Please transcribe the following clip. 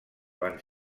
van